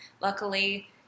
Luckily